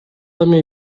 эми